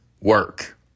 Work